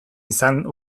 izan